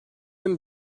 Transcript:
yönü